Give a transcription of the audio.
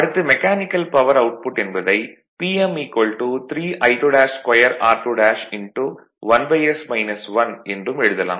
அடுத்து mechanical power output என்பதை Pm 3I22 r2 1s 1 என்றும் எழுதலாம்